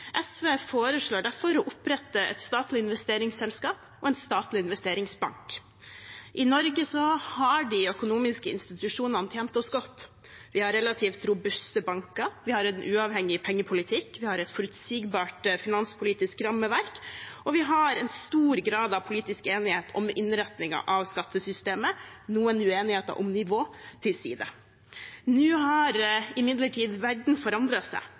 SV foreslår derfor å opprette et statlig investeringsselskap og en statlig investeringsbank. I Norge har de økonomiske institusjonene tjent oss godt. Vi har relativt robuste banker, vi har en uavhengig pengepolitikk, vi har et forutsigbart finanspolitisk rammeverk, og vi har en stor grad av politisk enighet om innretningen av skattesystemet, noen uenigheter om nivå til side. Nå har imidlertid verden forandret seg,